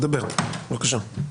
דבר בבקשה.